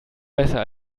besser